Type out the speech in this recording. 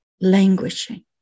languishing